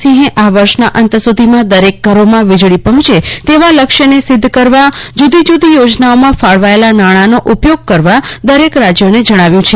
સિંહે આ વર્ષના અંત સુધીમાં દરેક ઘરોમાં વીજળી પહોંચે તેવા લક્ષ્યને સિદ્ધ કરવા જુદી જુદી યોજનાઓમાં ફાળવાયેલા નાણાંનો ઉપયોગ કરવા દરેક રાજ્યોને જણાવ્યું છે